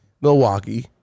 Milwaukee